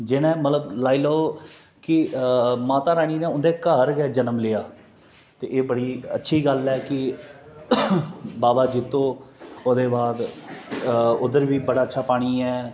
जिनें मतलब लाई लैओ कि माता रानी ने उंदे घर गै जन्म लेआ ते एह् बड़ी अच्छी गल्ल ऐ कि बाबा जित्तो ओह्दे बाद उद्धर बी बड़ा अच्छा पानी ऐ